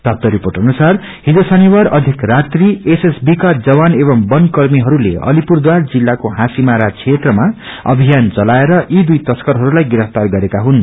प्राप्त रिर्पोट निुसार हिज शनिवार बेलुकी एसएसबी का जवान एवं बन कर्मीहरूले अलिपुरद्वार जिल्लाको हासीमारा क्षेत्रमा अभियान चलाएर सयी दुई तस्करहरूलाई गिरफ्तार गरेका हुन्